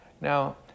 Now